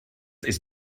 ist